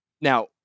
Now